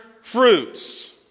fruits